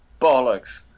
bollocks